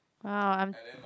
!wow! I'm